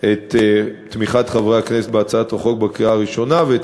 את תמיכת חברי הכנסת בהצעת החוק בקריאה הראשונה ואת